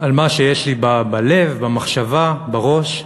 על מה שיש לי בלב, במחשבה, בראש.